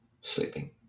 sleeping